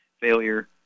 failure